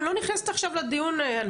אני לא נכנסת עכשיו לדיון על זה.